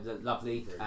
lovely